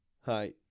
Hi